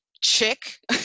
chick